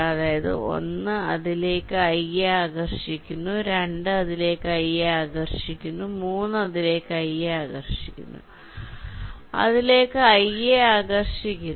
അതായത് 1 അതിലേക്ക് i യെ ആകർഷിക്കുന്നു 2 അതിലേക്ക് i യെ ആകർഷിക്കുന്നു3 അതിലേക്ക് i യെ ആകർഷിക്കുന്നു4 അതിലേക്ക് i യെ ആകർഷിക്കുന്നു